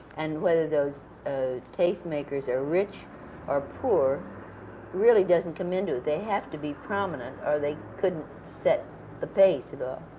and whether those ah tastemakers are rich or poor really doesn't come into it. they have to be prominent or they couldn't set the pace at all.